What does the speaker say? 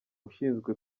ushinzwe